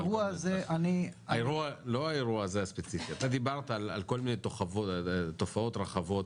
אתה דיברת על כל מיני תופעות רחבות